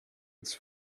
its